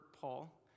Paul